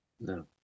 no